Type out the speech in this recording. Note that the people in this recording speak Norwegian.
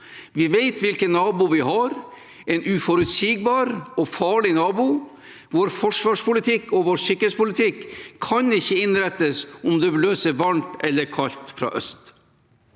Vi vet hvilken nabo vi har – en uforutsigbar og farlig nabo. Vår forsvarspolitikk og vår sikkerhetspolitikk kan ikke innrettes ut fra om det blåser varmt eller kaldt fra øst.